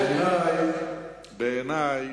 בעיני,